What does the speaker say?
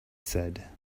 said